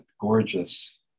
gorgeous